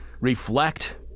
Reflect